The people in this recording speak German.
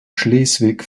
schleswig